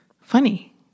Funny